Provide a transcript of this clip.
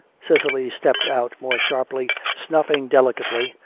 cecily stepped out more sharply, snuffing delicately,